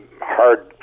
hard